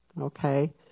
Okay